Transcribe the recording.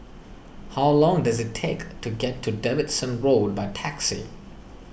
how long does it take to get to Davidson Road by taxi